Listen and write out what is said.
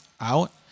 out